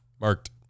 Marked